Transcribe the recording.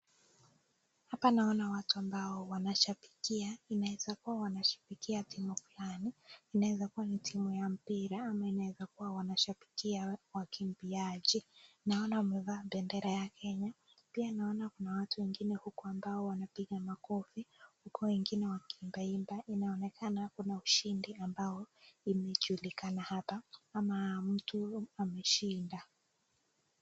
Hapa naona watu ambao wanashabikia inaweza kua wanashabikia timu fulani , inaweza kua ni timu ya mpira ama inaweza kua wanashabikia wakimbiaji. Naona wamevaa bendera ya kenya pia naona watu wengine huku ambao wanapiga makofi huku wengine wakiimba imba ,inaonekana kuna ushindi ambao umejulikana hapa ama mtu ameshinda.